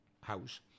house